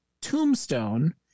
Tombstone